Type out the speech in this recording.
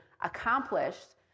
accomplished